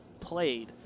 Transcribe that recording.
played